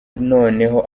noneho